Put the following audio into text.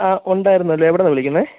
ആ ഉണ്ടായിരുന്നല്ലോ എവിടുന്നാ വിളിക്കുന്നത്